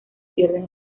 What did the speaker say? pierden